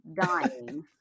dying